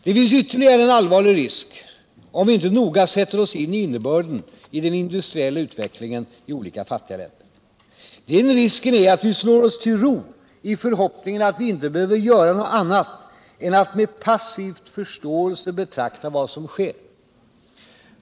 Det finns ytterligare en allvarlig risk om vi inte noga sätter oss in i innebörden i den industriella utvecklingen i olika fattiga länder. Den risken är att vi slår oss till ro i förhoppningen att vi inte behöver göra något annat än att med passiv förståelse betrakta vad som sker.